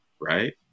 right